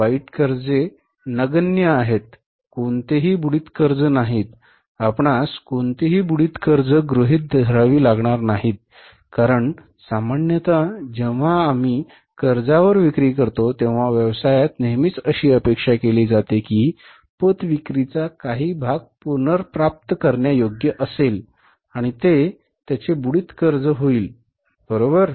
वाईट कर्जे नगण्य आहेत कोणतेही बुडीत कर्ज नाहीत आपणास कोणतीही बुडीत कर्ज गृहीत धरावी लागणार नाहीत कारण सामान्यत जेव्हा आम्ही कर्जावर विक्री करतो तेव्हा व्यवसायात नेहमीच अशी अपेक्षा केली जाते की पत विक्रीचा काही भाग पुनर्प्राप्त करण्यायोग्य असेल आणि ते त्याचे बुडीत कर्ज होईल बरोबर